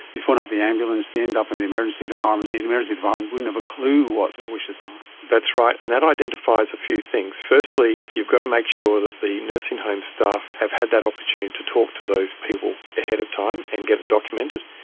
they phone up the ambulance, they end up will in the emergency department, the and emergency department wouldn't have a clue what their wishes are. that's right, and that identifies a few things. firstly you've got to make sure that the nursing home staff have had that opportunity to talk to those people ahead of time and get it documented.